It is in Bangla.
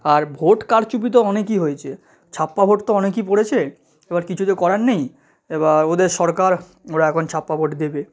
আর ভোট কারচুপি তো অনেকই হয়েছে ছাপ্পা ভোট তো অনেকই পড়েছে এবার কিছু তো করার নেই এবার ওদের সরকার ওরা এখন ছাপ্পা ভোট দেবে